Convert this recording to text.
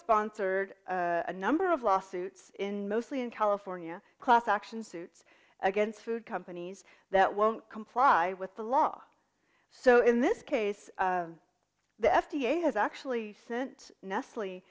sponsored a number of lawsuits in mostly in california class action suits against food companies that won't comply with the law so in this case the f d a has actually sent nestle